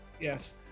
Yes